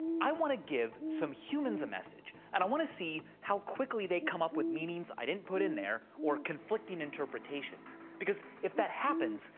i want to give some humans a message, and i want to see how quickly they come up with meanings i didn't put in there, or conflicting interpretations, because if that happens,